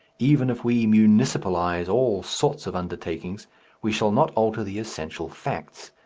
even if we municipalize all sorts of undertakings we shall not alter the essential facts,